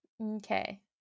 Okay